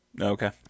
Okay